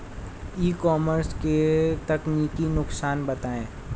ई commerce के तकनीकी नुकसान बताएं?